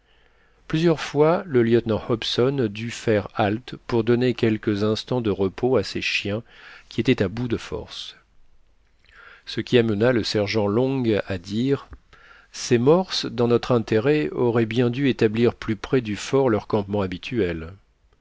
plusieurs fois le lieutenant hobson dut faire halte pour donner quelques instants de repos à ses chiens qui étaient à bout de forces ce qui amena le sergent long à dire ces morses dans notre intérêt auraient bien dû établir plus près du fort leur campement habituel